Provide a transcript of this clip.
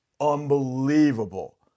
unbelievable